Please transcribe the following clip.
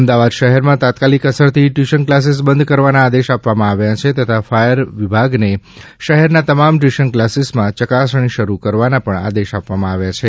અમદાવાદ શહેરમાં તાત્કાલિક અસરથી ટ્યુશન કલાસીસ બંધ કરવાના આદેશ આપવામાં આપ્યા છે તથા ફાયર વિભાગને શહેરના તમામ ટ્યુશન કલાસીસમાં ચકાસણી શરૂ કરવાના પણ આદેશ આપવામાં આવ્યા છે